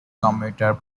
commuter